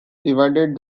divided